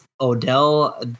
Odell